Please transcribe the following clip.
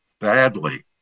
badly